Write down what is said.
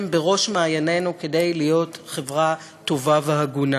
הם בראש מעיינינו, כדי להיות חברה טובה והגונה.